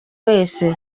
wese